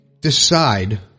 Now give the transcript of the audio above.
decide